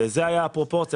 וזו הייתה הפרופורציה.